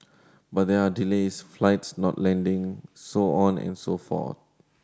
but there are delays flights not landing so on and so forth